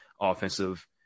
offensive